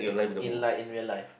in like in real life